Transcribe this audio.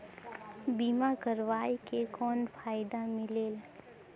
बीमा करवाय के कौन फाइदा मिलेल?